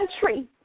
country